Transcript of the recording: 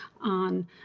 on